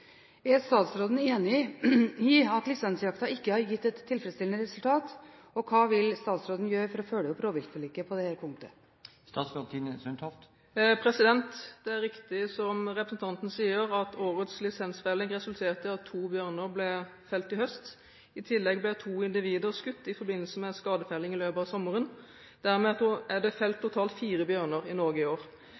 Er statsråden enig i at lisensjakten ikke har gitt tilfredsstillende resultat, og hva vil hun gjøre for å følge opp rovviltforliket på dette punktet?» Det er riktig som representanten sier, at årets lisensfelling resulterte i at to bjørner ble felt i høst. I tillegg ble to individer skutt i forbindelse med skadefelling i løpet av sommeren. Dermed er det felt totalt fire bjørner i Norge i år.